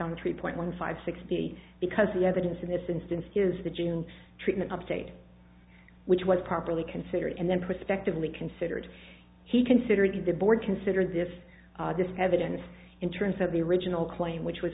on the three point one five sixty because the evidence in this instance is the june treatment update which was properly considered and then prospectively considered he considered the board considered this evidence in terms of the original claim which was